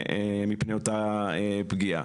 מפני אותה פגיעה.